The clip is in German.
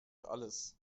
alles